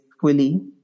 fully